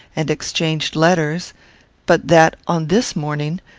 and exchanged letters but that, on this morning,